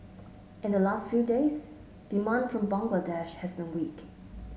in the last few days demand from Bangladesh has been weak